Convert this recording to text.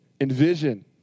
envision